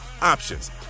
options